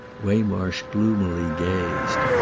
waymarsh gloomily gazed.